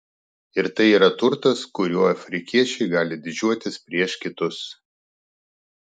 ir tai yra turtas kuriuo afrikiečiai gali didžiuotis prieš kitus